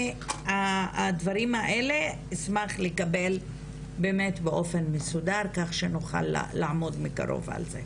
הדברים האלה אשמח לקבל באמת באופן מסודר כך שנוכל לעמוד מקרוב על זה.